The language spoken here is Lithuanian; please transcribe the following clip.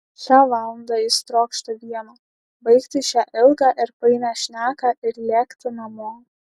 šią valandą jis trokšta vieno baigti šią ilgą ir painią šneką ir lėkti namo